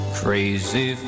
crazy